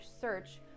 search